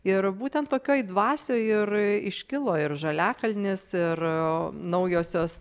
ir būtent tokioj dvasioj ir iškilo ir žaliakalnis ir naujosios